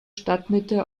stadtmitte